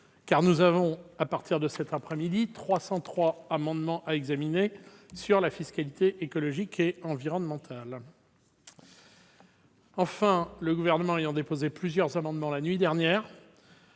nous avons 303 amendements à examiner sur la fiscalité écologique et environnementale. Enfin, le Gouvernement ayant déposé plusieurs amendements la nuit dernière,